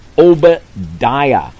Obadiah